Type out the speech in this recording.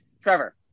Trevor